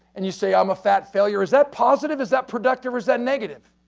and you say i'm a fat failure is that positive? is that productive? is that negative?